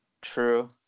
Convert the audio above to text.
True